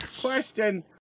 question